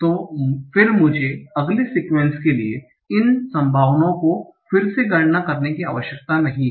तो फिर मुझे अगले सीक्वन्स के लिए इन संभावनाओं को फिर से गणना करने की आवश्यकता नहीं है